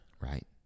Right